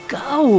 go